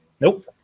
Nope